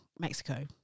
Mexico